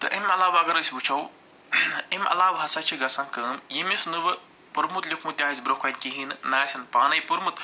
تہٕ اَمہِ علاو اگر أسۍ وُچھو اَمہِ علاو ہَسا چھِ گَژھان کٲم ییٚمِس نہٕ وۅنۍ پوٚرمُت لیٛوٗکھمُت تہِ آسہِ برٛونٛہہ کَنہِ کِہیٖنٛۍ نہٕ نہَ آسٮ۪ن پانَے پوٚرمُت